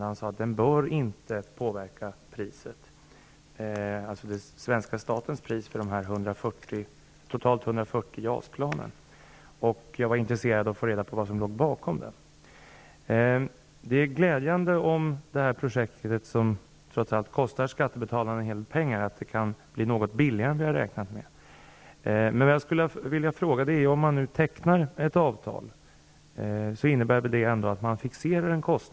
Försvarsministern sade ju att den inte bör påverka priset, alltså det pris som svenska staten får betala för de totalt 140 JAS-planen. Jag var intresserad av att få reda på vad som låg bakom. Det är glädjande om detta projekt, som trots allt kostar skattebetalarna en hel del pengar, kan bli något billigare än vi har räknat med. Men om ett avtal tecknas innebär det väl att en kostnad fixeras.